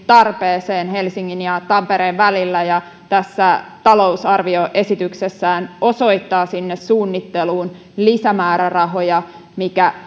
tarpeeseen helsingin ja tampereen välillä ja talousarvioesityksessään osoittaa sinne suunnitteluun lisämäärärahoja mikä